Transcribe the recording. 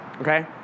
okay